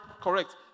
correct